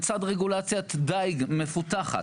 לצד רגולציית דייג מפותחת,